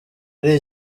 ari